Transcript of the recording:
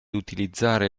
utilizzare